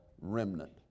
remnant